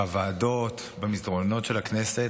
בוועדות, במסדרונות של הכנסת,